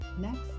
next